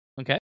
Okay